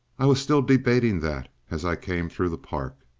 i was still debating that, as i came through the park.